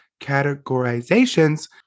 categorizations